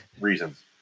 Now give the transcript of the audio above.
reasons